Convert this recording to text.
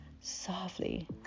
softly